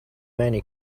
many